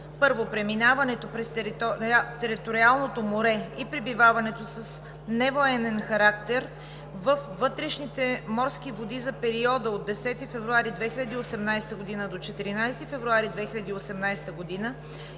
1. Преминаването през териториалното море и пребиваването с невоенен характер във вътрешните морски води за периода от 10 февруари 2018 г. до 14 февруари 2018 г.